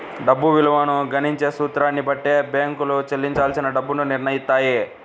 డబ్బు విలువను గణించే సూత్రాన్ని బట్టి బ్యేంకులు చెల్లించాల్సిన డబ్బుని నిర్నయిత్తాయి